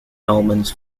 normans